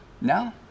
no